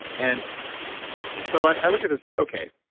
and so, i look at this, say, okay,